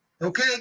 Okay